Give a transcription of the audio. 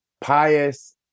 pious